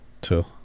two